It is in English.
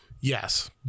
Yes